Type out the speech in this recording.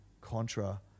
Contra